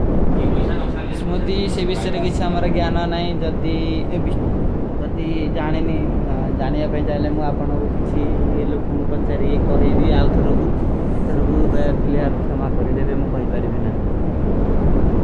ସମଧୀ ସେ ଵିଷ୍ଟର କୀ ସାମରା ଗ୍ଯାନା ନା ହୈ। ଜଦ ଜାନେ ଯା ପହନେ ଜାଲେ ମୁଝେ ଆପନେ କୁଛ ଲୋଗୋଂ ମୁଝେ ପଚ୍ଚାରୀ କହାଈ ଭୀ ଆଓ ଥରୁଗୁ। ଥରୁଗୁ ଦଯାଦ ଫିଲେ ଅଲ କ୍ଯାମା କରେ ଦେଵେ ମୁଝେ କହାଈ ବାରେ ମେଂ ନା ହୈ।